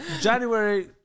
January